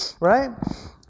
right